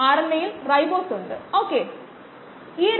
ഇത് ചെയ്യുന്നതിനുള്ള മറ്റൊരു മാർഗമാണിത്